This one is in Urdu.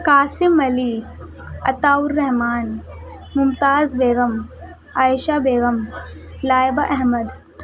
قاسم علی عطاء الرحمٰن ممتاز بیگم عائشہ بیگم لائبہ احمد